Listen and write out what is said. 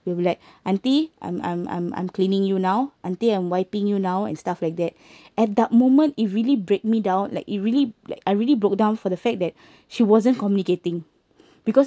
we'll be like auntie I'm I'm I'm I'm cleaning you now auntie I'm wiping you now and stuff like that at that moment it really break me down like it really like I really broke down for the fact that she wasn't communicating because